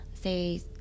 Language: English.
say